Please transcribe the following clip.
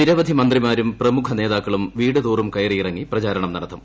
നിരവധി മന്ത്രിമാരും പ്രമുഖ നേതാക്കളും വീടുതോറും കയറിയിറങ്ങി പ്രചാരണം നടത്തും